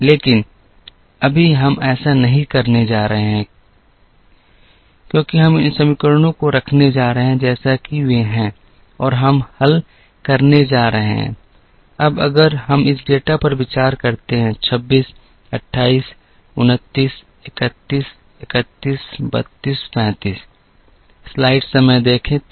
लेकिन अभी हम ऐसा नहीं करने जा रहे हैं कि हम इन समीकरणों को रखने जा रहे हैं जैसा कि वे हैं और हम हल करने जा रहे हैं अब अगर हम इस डेटा पर विचार करते हैं 26 28 29 31 31 32 35